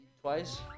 Twice